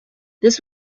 this